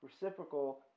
reciprocal